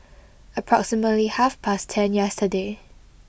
approximately half past ten yesterday